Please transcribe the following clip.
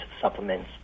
supplements